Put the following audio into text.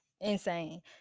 insane